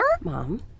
Mom